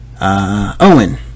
Owen